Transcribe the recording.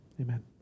Amen